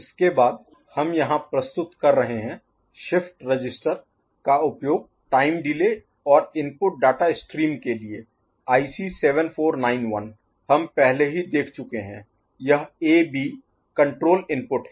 इसके बाद हम यहां प्रस्तुत कर रहे हैं शिफ्ट रजिस्टर का उपयोग टाइम डिले और इनपुट डाटा स्ट्रीम के लिए आईसी 7491 हम पहले ही देख चुके हैं यह ए बी कण्ट्रोल इनपुट है